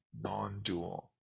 non-dual